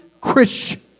Christian